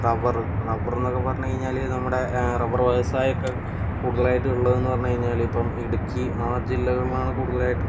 rubber റബ്ബറെന്നൊക്കെ പറഞ്ഞുകഴിഞ്ഞാല് നമ്മുടെ റബ്ബറ് വ്യവസായമൊക്കെ കൂടുതലായിട്ട് ഉള്ളതെന്നു പറഞ്ഞു കഴിഞ്ഞാല് ഇപ്പോൾ ഇടുക്കി ആ ജില്ലകളിലാണ് കൂടുതലായിട്ടും